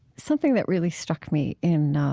something that really struck me in